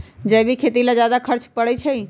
जैविक खेती ला ज्यादा खर्च पड़छई?